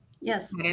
Yes